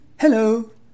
Hello